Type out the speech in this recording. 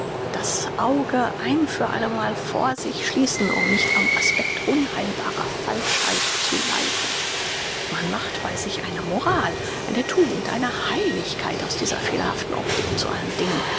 das auge ein für alle mal vor sich schließen um nicht am aspekt unheilbarer falschheit zu leiden man macht bei sich eine moral eine tugend eine heiligkeit aus dieser fehlerhaften optik zu allen dingen